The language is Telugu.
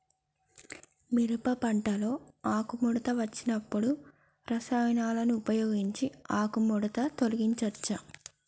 మిరప పంటలో ఆకుముడత వచ్చినప్పుడు రసాయనాలను ఉపయోగించి ఆకుముడత తొలగించచ్చా?